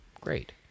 Great